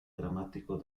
dramático